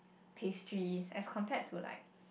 pastries as compared to like